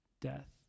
death